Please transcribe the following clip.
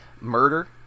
Murder